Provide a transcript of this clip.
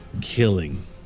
killing